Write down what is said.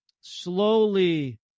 slowly